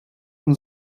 dem